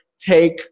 take